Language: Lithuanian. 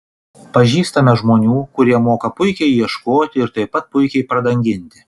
pažįstame žmonių kurie moka puikiai ieškoti ir taip pat puikiai pradanginti